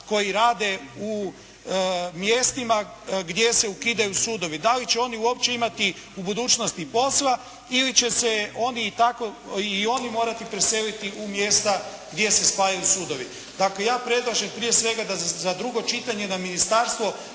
koji rade u mjestima gdje se ukidaju sudovi. Da li će oni uopće imati u budućnosti posla ili će se oni i tako i oni morati preseliti u mjesta gdje se spajaju sudovi. Dakle ja predlažem prije svega da za drugo čitanje ministarstvo